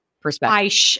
perspective